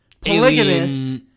polygamist